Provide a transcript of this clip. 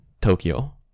Tokyo